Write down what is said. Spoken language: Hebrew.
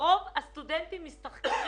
שרוב הסטודנטים משתכרים